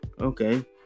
Okay